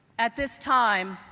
at this time,